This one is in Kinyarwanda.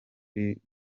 kirwa